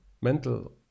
mental